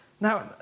Now